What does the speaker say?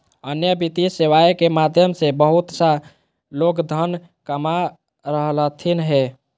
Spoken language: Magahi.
अन्य वित्तीय सेवाएं के माध्यम से बहुत सा लोग धन कमा रहलथिन हें